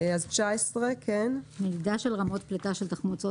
מדידה של רמות פליטה 19. מדידה של רמות פליטה של תחמוצות